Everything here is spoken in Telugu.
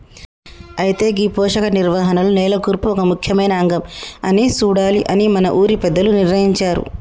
అయితే గీ పోషక నిర్వహణలో నేల కూర్పు ఒక ముఖ్యమైన అంగం అని సూడాలి అని మన ఊరి పెద్దలు నిర్ణయించారు